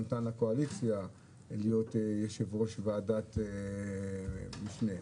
נתן לקואליציה לעמוד בראשות ועדת המשנה.